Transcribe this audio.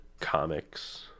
comics